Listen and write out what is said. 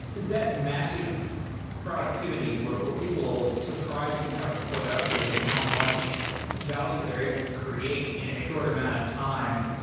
that massive productivity where where people surprise you with how productive and how much value they're able to create in a short amount of time,